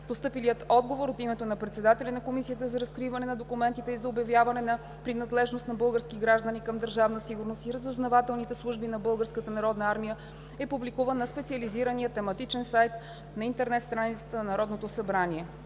Постъпилият отговор от името на председателя на Комисията за разкриване на документите и за обявяване на принадлежност на български граждани към Държавна сигурност и разузнавателните служби на Българската народна армия е публикуван на специализирания тематичен сайт на интернет страницата на Народното събрание.